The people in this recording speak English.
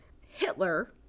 Hitler